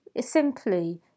simply